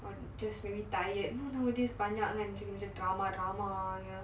or just maybe tired you know nowadays banyak macam drama drama you know